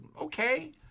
okay